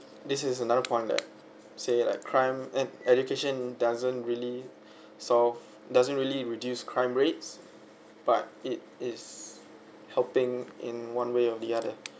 this is another point that say like crime and education doesn't really solve doesn't really reduce crime rates but it is helping in one way or the other